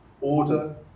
Order